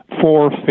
Four